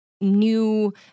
new